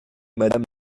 madame